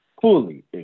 fully